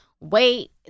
wait